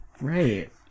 right